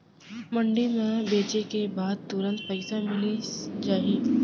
मंडी म बेचे के बाद तुरंत पइसा मिलिस जाही?